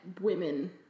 women